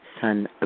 son